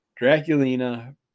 Draculina